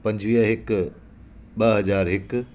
पंजुवीह हिकु ॿ हज़ार हिकु